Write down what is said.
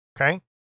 Okay